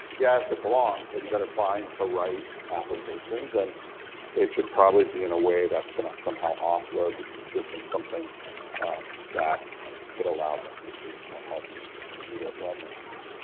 yes, it belongs. but you better find the right applications. and it should probably be in a way that's going to somehow offload the teacher from something that could allow them to give more help to people who need it, when they need it.